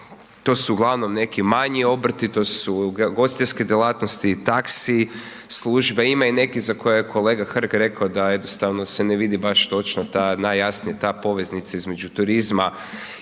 to su uglavnom neki manji obrti, to su ugostiteljske djelatnosti i taksi službe, ima i nekih za koje je kolega Hrg rekao da jednostavno se ne vidi baš točno ta, najjasnije ta poveznica između turizma